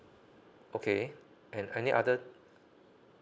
okay and any other